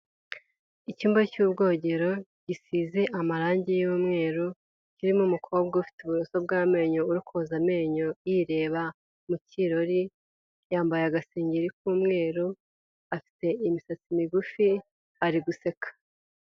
Icyumba cy'ubwogero gisize amarangi y'umweru kirimo umukobwa ufite uburoso bw'amenyo bwo koza amenyo yireba mu kirori yambaye agasengeri k'umweru, afite imisatsi migufi ari guseka.